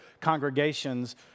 congregations